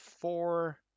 four